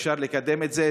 אפשר לקדם את זה.